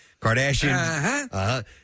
Kardashian